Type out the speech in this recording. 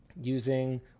using